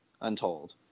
untold